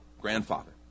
grandfather